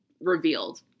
revealed